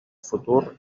futur